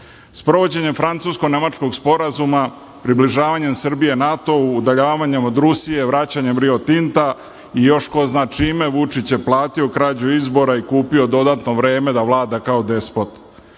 požele. Sprovođenjem francusko-nemačkog sporazuma, približavanjem Srbije NATO-u, udaljavanjem od Rusije, vraćanjem Rio Tinta i još ko zna čime Vučić je platio krađu izbora i kupio dodatno vreme da vlada kao despot. Vi